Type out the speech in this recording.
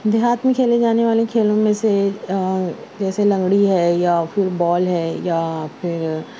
دیہات میں کھیلے جانے والے کھیلوں میں سے جیسے لنگڑی ہے یا پھر بال ہے یا پھر